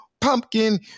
Pumpkin